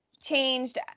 changed